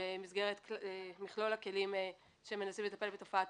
במסגרת מכלול הכלים שמנסים לטפל בתופעת